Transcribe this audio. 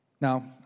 Now